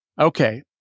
Okay